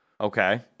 Okay